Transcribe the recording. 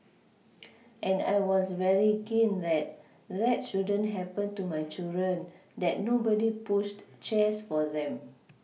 and I was very keen that that shouldn't happen to my children that nobody pushed chairs for them